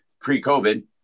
pre-COVID